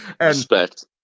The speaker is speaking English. Respect